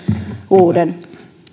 uuden